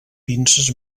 pinces